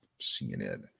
CNN